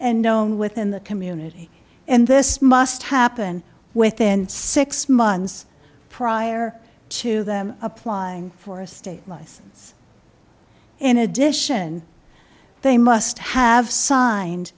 and known within the community and this must happen within six months prior to them applying for a state license in addition they must have signed